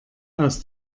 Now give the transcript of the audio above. aus